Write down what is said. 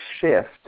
shift